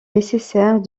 nécessaire